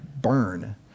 burn